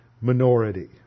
minority